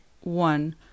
one